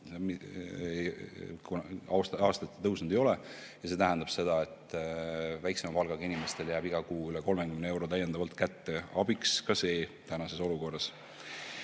aastatega tõusnud ei ole. Ja see tähendab seda, et väiksema palgaga inimestel jääb iga kuu veidi üle 30 euro täiendavalt kätte. Abiks on ka see tänases olukorras,